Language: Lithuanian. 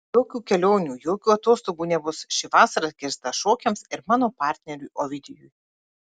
jokių kelionių jokių atostogų nebus ši vasara skirta šokiams ir mano partneriui ovidijui